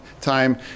time